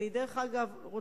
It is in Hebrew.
אגב,